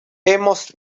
hemos